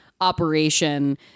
operation